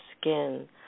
skin